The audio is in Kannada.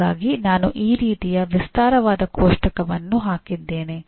ಹಾಗಾಗಿ ನಾನು ಈ ರೀತಿಯ ವಿಸ್ತಾರವಾದ ಕೋಷ್ಟಕವನ್ನು ಹಾಕಿದ್ದೇನೆ